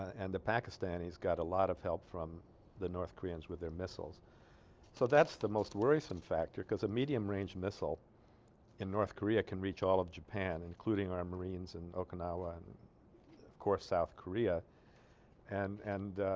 and the pakistanis got a lot of help from the north koreans with their missiles so that's the most worrisome factor cause a medium range missile in north korea can reach all of japan including our marines in okinawa and of course south korea and and ah.